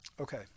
Okay